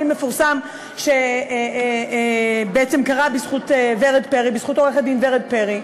מפורסם שקרה בזכות עורכת-דין ורד פרי,